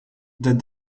that